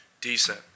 Decent